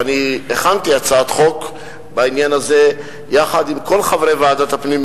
ואני הכנתי הצעת חוק בעניין הזה יחד עם כל חברי ועדת הפנים,